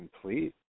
Complete